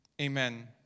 Amen